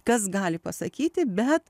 kas gali pasakyti bet